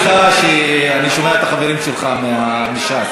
אני שומע את החברים שלך מש"ס.